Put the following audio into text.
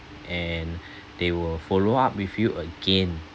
and they will follow up with you again